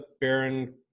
Baron